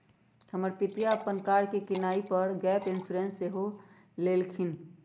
हमर पितिया अप्पन कार के किनाइ पर गैप इंश्योरेंस सेहो लेलखिन्ह्